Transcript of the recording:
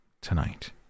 tonight